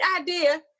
idea